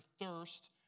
thirst